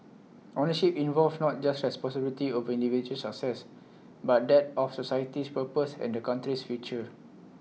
ownership involved not just responsibility over individual success but that of society's purpose and the country's future